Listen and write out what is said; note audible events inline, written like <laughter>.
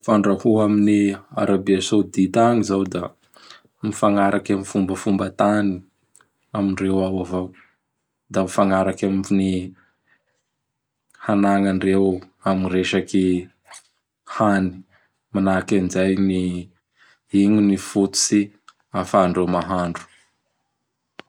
Fandrahoa amin'i Arabia Saodita agny zao da <noise> mifagnaraky am fombafomba taninyy amindreo ao avao. Da mifagnaraky am hanagnandreo amin'ny resaky hany. <noise> Manahaky an zay ny igny ny fototsy ahafahandreo mahandro.